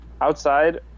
Outside